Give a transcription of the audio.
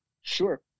Sure